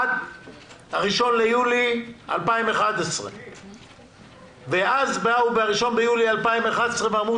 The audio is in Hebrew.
- עד 1 ביולי 2011. ואז באו ב-1 ביולי 2011 ואמרו